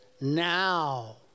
now